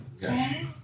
Yes